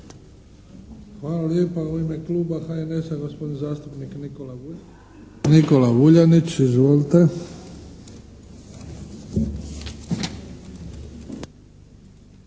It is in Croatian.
Hvala lijepa. U ime Kluba HNS-a gospodin zastupnik Nikola Vuljanić. Izvolite. **Vuljanić, Nikola